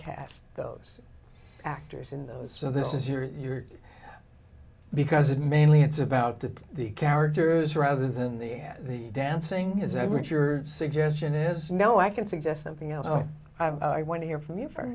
cast those actors in those so this is your because mainly it's about the the characters rather than the the dancing as i read your suggestion is no i can suggest something else i want to hear from you for